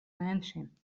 mēnešiem